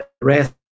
rest